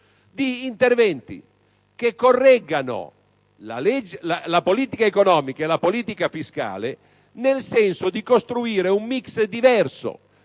di interventi che correggano la politica economica e la politica fiscale nel senso di costruire un *mix* diverso,